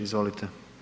Izvolite.